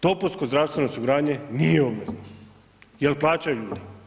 Dopunsko zdravstveno osiguranje nije obvezno, jel plaćaju ljudi?